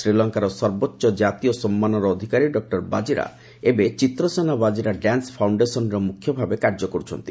ଶ୍ରୀଲଙ୍କାର ସର୍ବୋଚ୍ଚ ଜାତୀୟ ସମ୍ମାନର ଅଧିକାରୀ ଡକ୍ର ବାଜିରା ଏବେ ଚିତ୍ରସେନା ଚବାଜିରା ଡ୍ୟାନୁ ଫାଉଣ୍ଡେସନ୍ର ମୁଖ୍ୟ ଭାବେ କାର୍ଯ୍ୟ କରୁଛନ୍ତି